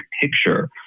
picture